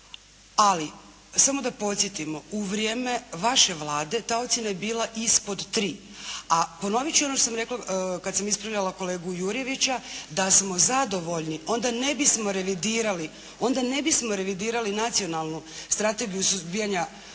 ali samo da podsjetimo u vrijeme vaše Vlade ta ocjena je bila ispod 3, a ponovit ću ono što sam rekla kad sam ispravljala kolegu Jurjevića da smo zadovoljni onda ne bismo revidirali Nacionalnu strategiju suzbijanja